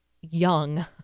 young